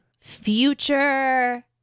future